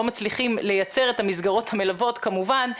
מצליחים לייצר את המסגרות המלוות כמובן,